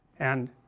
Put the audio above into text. and,